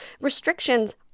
restrictions